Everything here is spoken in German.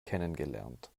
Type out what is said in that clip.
kennengelernt